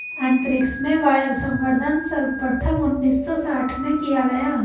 अंतरिक्ष में वायवसंवर्धन सर्वप्रथम उन्नीस सौ साठ में किया गया